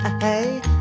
hey